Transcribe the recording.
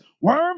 worm